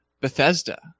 Bethesda